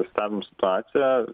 stebim situaciją